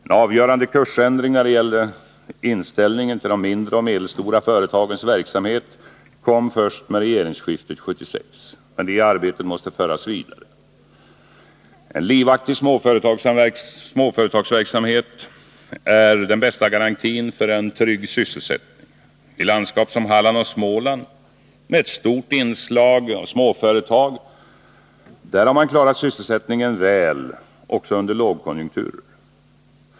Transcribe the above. En avgörande kursändring när det gällde inställningen till de mindre och medelstora företagens verksamhet kom först med regeringsskiftet 1976. Men det arbetet måste föras vidare. En livaktig småföretagsamhet är den bästa garantin för en trygg sysselsättning. I landskap som Halland och Småland, med ett stort inslag av småföretag, har man klarat sysselsättningen väl också under lågkonjunkturer.